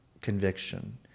conviction